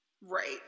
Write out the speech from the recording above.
Right